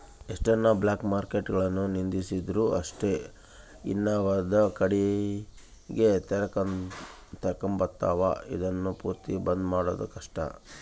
ಎಷ್ಟನ ಬ್ಲಾಕ್ಮಾರ್ಕೆಟ್ಗುಳುನ್ನ ನಿಂದಿರ್ಸಿದ್ರು ಅಷ್ಟೇ ಇನವಂದ್ ಕಡಿಗೆ ತೆರಕಂಬ್ತಾವ, ಇದುನ್ನ ಪೂರ್ತಿ ಬಂದ್ ಮಾಡೋದು ಕಷ್ಟ